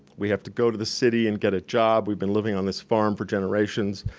we have to go to the city and get a job, we've been living on this farm for generations.